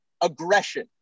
aggression